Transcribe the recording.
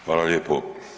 Hvala lijepo.